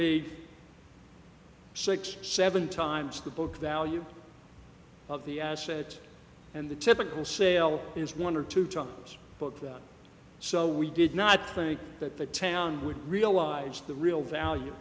be six seven times the book value of the asset and the typical sale is one or two times book so we did not think that the town would realize the real value